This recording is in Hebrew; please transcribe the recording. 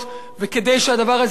וכדי שהדבר הזה יתבצע,